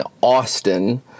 Austin